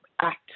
act